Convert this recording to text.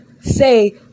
say